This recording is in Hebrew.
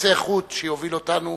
קצה חוט שיוביל אותנו